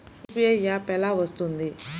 UPI app ఎలా వస్తుంది?